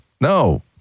No